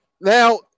Now